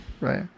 Right